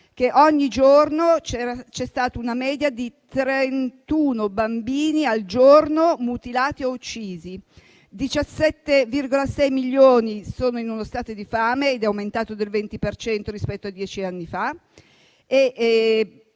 ogni giorno c'è stata una media di 31 bambini al giorno mutilati o uccisi; 17,6 milioni sono in uno stato di fame (questo dato è aumentato del 20 per cento rispetto a dieci anni fa).